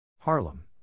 Harlem